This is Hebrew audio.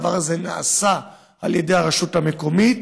הדבר הזה נעשה על ידי הרשות המקומית,